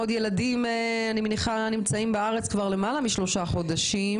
אני מניחה שהרבה מאוד ילדים נמצאים בארץ למעלה משלושה חודשים,